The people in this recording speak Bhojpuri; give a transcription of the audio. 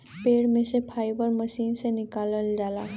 पेड़ में से फाइबर मशीन से निकालल जाला